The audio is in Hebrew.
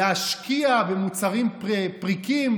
להשקיע במוצרים פריקים,